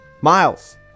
Miles